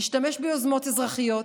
נשתמש ביוזמות אזרחיות,